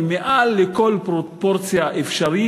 היא מעל לכל פרופורציה אפשרית.